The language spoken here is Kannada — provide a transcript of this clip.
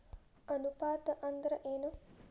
ಅನುಪಾತ ಅಂದ್ರ ಏನ್?